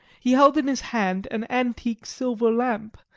he held in his hand an antique silver lamp,